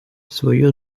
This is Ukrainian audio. свою